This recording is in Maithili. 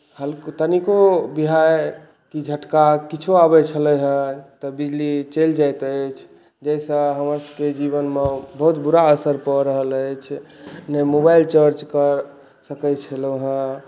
हल्को तनिको विहारि के झटका किछो आबै छलै हँ तऽ बिजली चलि जाइत अछि जाहिसँ हमर सभके जीवनमे बहुत बुरा असर कऽ रहल अछि नहि मोबाइल चार्ज करि सकै छलहुँ हँ